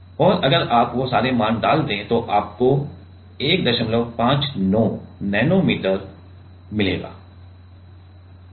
और अगर आप वो सारे मान डाल दें तो आपको 159 नैनो मीटर मिलेगा